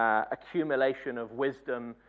accumulation of wisdom,